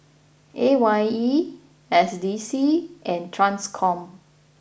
A Y E S D C and Tanscom